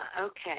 okay